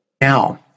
Now